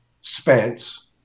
Spence